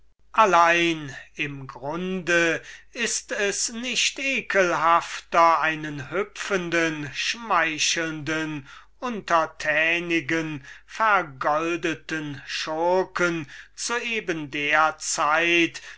allein im grunde ist es nicht ekelhafter einen hüpfenden schmeichelnden untertänigen vergoldeten schurken zu eben der zeit